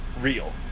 Real